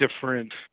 different